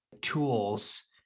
tools